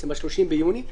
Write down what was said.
ב-30 ביוני,